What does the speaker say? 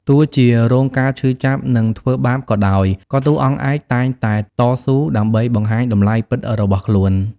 ទោះជារងការឈឺចាប់ និងធ្វើបាបក៏ដោយ ក៏តួអង្គឯកតែងតែតស៊ូដើម្បីបង្ហាញតម្លៃពិតរបស់ខ្លួន។